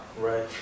right